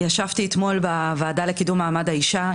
ישבתי אתמול בוועדה לקידום מעמד האישה,